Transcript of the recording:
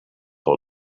all